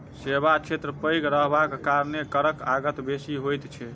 सेवा क्षेत्र पैघ रहबाक कारणेँ करक आगत बेसी होइत छै